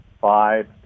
five